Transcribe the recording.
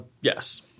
Yes